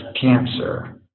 cancer